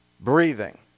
breathing